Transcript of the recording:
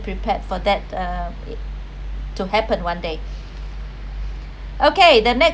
prepared for that uh it to happen one day okay the next